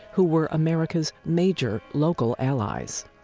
who were america's major local allies.